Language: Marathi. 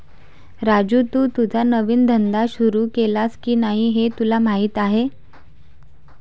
राजू, तू तुझा नवीन धंदा सुरू केलास की नाही हे तुला माहीत आहे